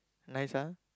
nice ah